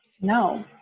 no